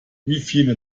viele